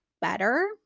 better